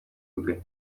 rwe